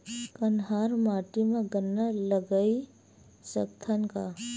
कन्हार माटी म गन्ना लगय सकथ न का?